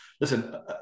Listen